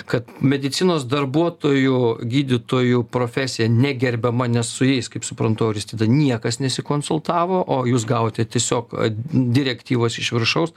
kad medicinos darbuotojų gydytojų profesija negerbiama nes su jais kaip suprantu auristida niekas nesikonsultavo o jūs gavote tiesiog direktyvas iš viršaus